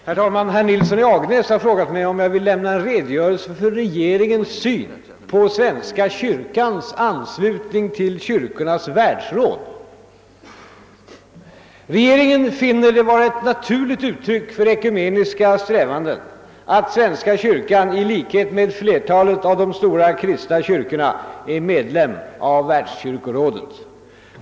Herr talman! Herr Nilsson i Agnäs har frågat mig om jag vill lämna en redogörelse för regeringens syn på svenska kyrkans anslutning till Kyrkornas världsråd. Regeringen finner det vara ett naturligt uttryck för ekumeniska strävanden att svenska kyrkan i likhet med flertalet av de stora kristna kyrkorna är medlem i världskyrkorådet.